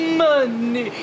money